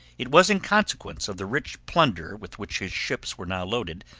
it was in consequence of the rich plunder with which his ships were now loaded,